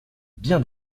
bien